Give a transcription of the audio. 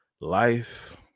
life